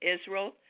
Israel